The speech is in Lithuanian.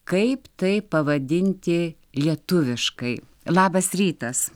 kaip tai pavadinti lietuviškai labas rytas